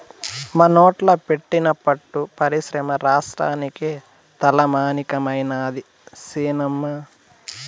మనోట్ల పెట్టిన పట్టు పరిశ్రమ రాష్ట్రానికే తలమానికమైనాది సినమ్మా